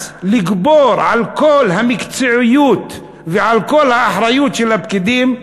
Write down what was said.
לגבור על כל המקצועיות ועל כל האחריות של הפקידים,